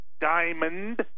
Diamond